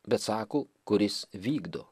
bet sako kuris vykdo